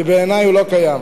כי בעיני הוא לא קיים.